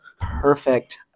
perfect